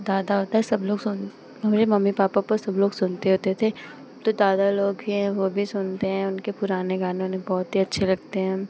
दादा वादा सब लोग सुन और मेरे मम्मी ओपा सब लोग सुनते होते थे तो दादा लोग हैं वह भी सुनते हैं उनके पुराने गाने उन्हें बहुत ही अच्छे लगते हैं